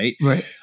Right